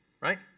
Right